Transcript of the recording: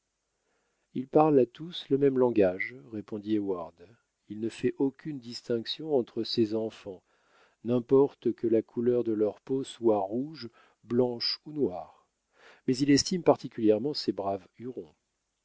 il parle à tous le même langage répondit heyward il ne fait aucune distinction entre ses enfants n'importe que la couleur de leur peau soit rouge blanche ou noire mais il estime particulièrement ses braves